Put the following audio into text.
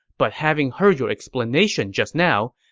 but having heard your explanation just now,